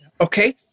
Okay